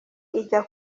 ijya